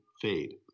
fade